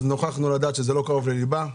נוכחנו לדעת שזה לא קרוב לליבה.